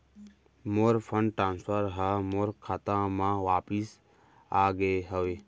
मोर fund transfer हा मोर खाता मा वापिस आ गे हवे